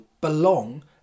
belong